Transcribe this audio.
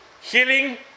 Healing